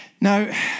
Now